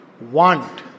want